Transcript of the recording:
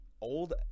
old